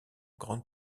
grande